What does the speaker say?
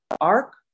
ark